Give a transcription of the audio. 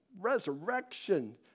Resurrection